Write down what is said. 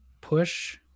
push